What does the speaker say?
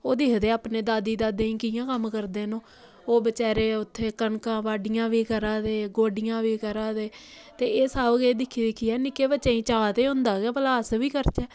ओह् दिखदे अपने दादी दादे गी कि'यां कम्म करदे न ओह् ओह् बचैरे उत्थै कनकां बाढियां बी करा दे गोड्डियां बी करा दे ते एह् सब किश दिक्खी दिक्खियै निक्के बच्चें गी चाऽ ते होंदा गै भला अस बी करचै